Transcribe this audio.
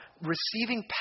Receiving